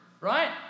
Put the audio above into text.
Right